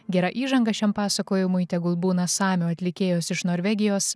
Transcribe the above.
gera įžanga šiam pasakojimui tegul būna samių atlikėjos iš norvegijos